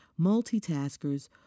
Multitaskers